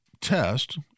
test